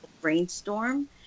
brainstorm